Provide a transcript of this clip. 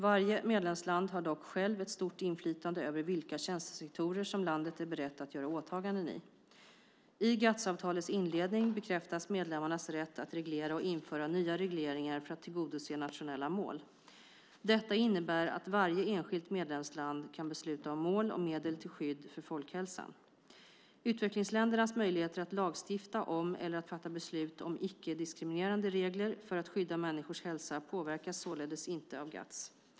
Varje medlemsland har dock själv ett stort inflytande över vilka tjänstesektorer som landet är berett att göra åtaganden i. I GATS-avtalets inledning bekräftas medlemmarnas rätt att reglera och införa nya regleringar för att tillgodose nationella mål. Detta innebär att varje enskilt medlemsland kan besluta om mål och medel till skydd för folkhälsan. Utvecklingsländernas möjligheter att lagstifta om eller att fatta beslut om icke-diskriminerande regler för att skydda människors hälsa påverkas således inte av GATS.